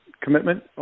Commitment